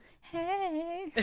Hey